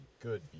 good